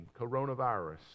coronavirus